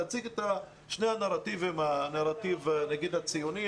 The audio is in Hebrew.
להציג את שני הנרטיבים הנרטיב הציוני,